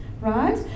right